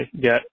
get